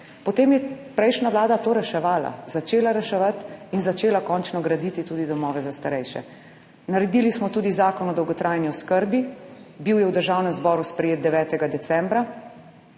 Potem je prejšnja Vlada to reševala, začela reševati in začela končno graditi tudi domove za starejše. Naredili smo tudi Zakon o dolgotrajni oskrbi. Bil je v Državnem zboru sprejet 9. decembra.